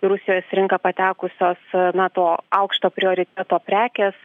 į rusijos rinką patekusios na to aukšto prioriteto prekės